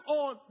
on